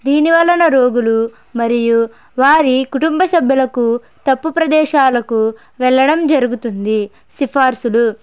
దీని వలన రోగులు మరియు వారి కుటుంబసభ్యులుకు తప్పు ప్రదేశాలకు వెళ్లడం జరుగుతుంది సిఫార్సులు